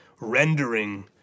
rendering